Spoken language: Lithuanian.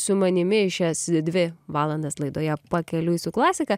su manimi šias dvi valandas laidoje pakeliui su klasika